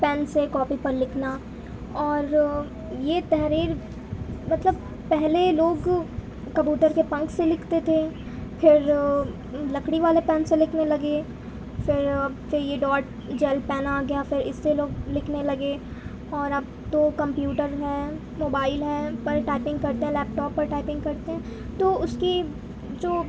pain سے copy پر لکھنا اور یہ تحریر مطلب پہلے لوگ کبوتر کے پنکھ سے لکھتے تھے پھر لکڑی والا پین سے لکھنے لگے پھر پھر یہ ڈاٹ جیل پین آ گیا پھر اس سے لوگ لکھنے لگے اور اب تو کمپیوٹر ہے موبائل ہے پر ٹائپنگ کرتے ہیں لیپ ٹاپ پر ٹائپنگ کرتے ہیں تو اس کی جو